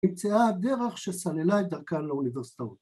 ‫נמצאה הדרך שסללה את דרכן ‫לאוניברסיטאות.